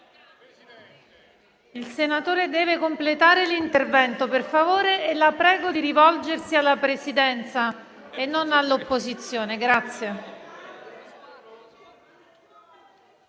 il senatore deve completare l'intervento. Senatore Lisei, la prego di rivolgersi alla Presidenza e non all'opposizione, grazie.